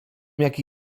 jaki